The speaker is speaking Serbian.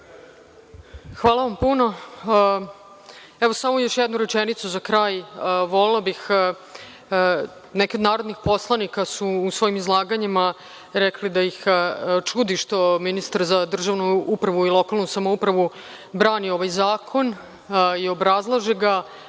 Hvala puno. Samo još jednu rečenicu za kraj. Neki od narodnih poslanika su u svojim izlaganjima rekli da ih čudi što ministar za državnu upravu i lokalnu samoupravu brani ovaj zakon i obrazlaže ga